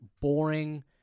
boring